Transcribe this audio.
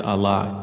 Allah